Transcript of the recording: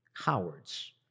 cowards